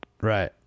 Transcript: Right